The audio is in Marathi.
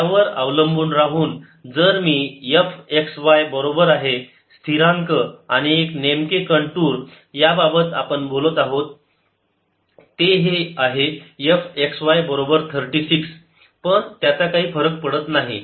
त्यावर अवलंबून राहून जर मी f x y बरोबर आहे स्थिरांक आणि एक नेमके कंटूर याबाबत आपण बोलत आहोत ते हे आहे f x y बरोबर 36 पण त्याचा काही फरक पडत नाही